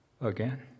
again